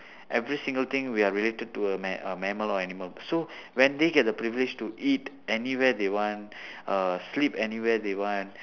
every single thing we are related to a ma~ uh mammal or animal so when they get the privilege to eat anywhere they want uh sleep anywhere they want